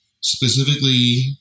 specifically